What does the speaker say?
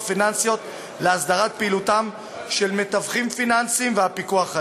פיננסיות לאסדרת פעילותם של מתווכים פיננסיים והפיקוח עליהם.